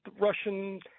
Russian